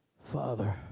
Father